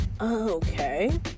okay